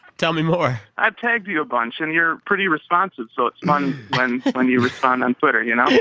tell me more i've tagged you a bunch, and you're pretty responsive. so it's fun when you respond on twitter, you know.